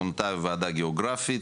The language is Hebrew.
מונתה ועדה גיאוגרפית,